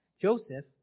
Joseph